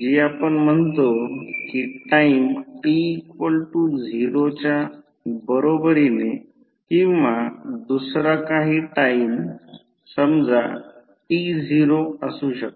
जी आपण म्हणतो की टाईम t0 च्या बरोबरीने किंवा दुसरा काही टाईम समजा t0 असू शकते